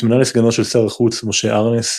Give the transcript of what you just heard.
והתמנה לסגנו של שר החוץ משה ארנס,